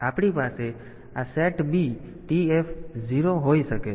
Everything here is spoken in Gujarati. તેવી જ રીતે આપણી પાસે આ SETB TF0 હોઈ શકે છે